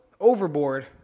overboard